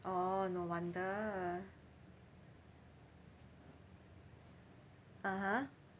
orh no wonder (uh huh)